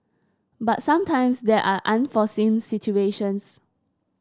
but sometimes there are unforeseen situations